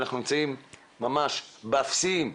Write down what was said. ואנחנו נמצאים ממש באפסיים,